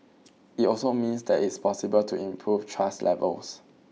it also means it is possible to improve trust levels